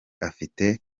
afite